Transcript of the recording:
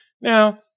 Now